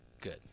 Good